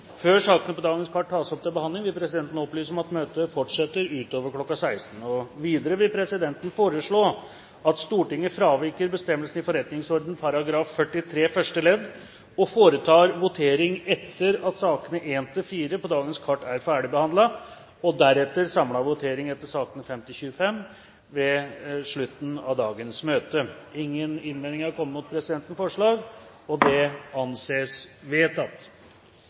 Før sakene på dagens kart tas opp til behandling, vil presidenten opplyse om at møtet fortsetter utover kl. 16. Videre vil presidenten foreslå at Stortinget fraviker bestemmelsen i forretningsordenens § 43 første ledd og foretar votering etter at sakene nr. 1–4 på dagens kart er ferdigbehandlet, og deretter samlet votering etter sakene nr. 5–25 ved slutten av dagens møte. – Ingen innvendinger er kommet mot presidentens forslag, og det anses vedtatt.